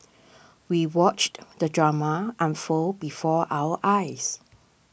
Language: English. we watched the drama unfold before our eyes